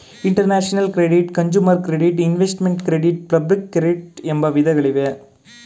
international credit, consumer credit, investment credit public credit ಎಂಬ ವಿಧಗಳಿವೆ